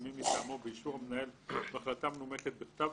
או מי מטעמו באישור המנהל בהחלטה מנומקת בכתב,